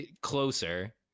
Closer